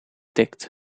tikt